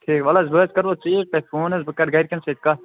ٹھیٖک وَلہٕ حظ بہٕ حظ کَرہو ژیٖرۍ تۄہہِ فون حظ بہٕ کَرٕ گَرکٮ۪ن سۭتۍ کَتھ